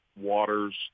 waters